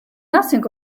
nothing